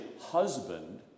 husband